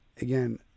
again